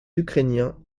ukrainiens